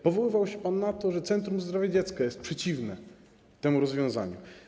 Powoływał się pan na to, że Centrum Zdrowia Dziecka jest przeciwne temu rozwiązaniu.